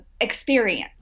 experience